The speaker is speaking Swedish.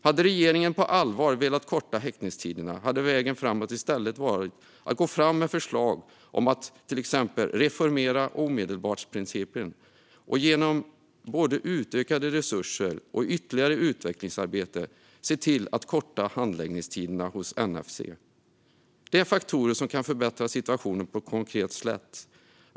Hade regeringen på allvar velat korta häktningstiderna hade vägen framåt i stället varit att gå fram med förslag om att till exempel reformera omedelbarhetsprincipen och genom både utökade resurser och ytterligare utvecklingsarbete se till att korta handläggningstiderna hos NFC. Det är faktorer som kan förbättra situationen på ett konkret sätt.